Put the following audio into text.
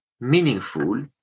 meaningful